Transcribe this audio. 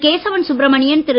Kesavan Subramanian Thiru